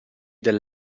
del